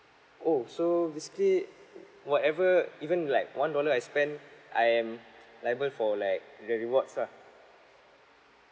oh so basically whatever even like one dollar I spend I am liable for like the rewards lah